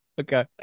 okay